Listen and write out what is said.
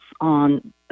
on